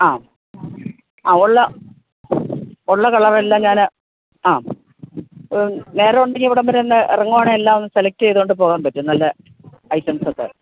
ആ ആ ഉള്ള ഉള്ള കളറ് എല്ലാം ഞാൻ ആ നേരം ഉണ്ടെങ്കിൽ ഇവിടംവരെയൊന്ന് ഇറങ്ങുവാണെൽ എല്ലാം സെലെക്റ്റ് ചെയ്തുകൊണ്ട് പോകാൻ പറ്റും നല്ല ഐറ്റംസ് ഒക്കെ